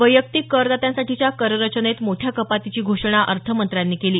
वैयक्तिक करदात्यांसाठीच्या कर रचनेत मोठ्या कपातीची घोषणा अर्थमंत्र्यांनी केली